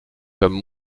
comme